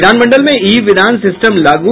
विधान मंडल में ई विधान सिस्टम लागू